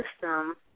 system